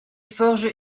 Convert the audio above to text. forges